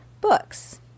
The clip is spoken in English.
books